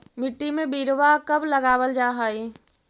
मिट्टी में बिरवा कब लगावल जा हई?